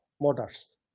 motors